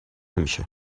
میشه